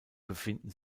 befinden